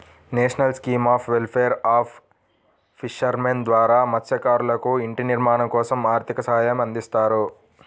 national scheme of welfare of fishermen ద్వారా మత్స్యకారులకు ఇంటి నిర్మాణం కోసం ఆర్థిక సహాయం అందిస్తారు